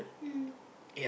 mm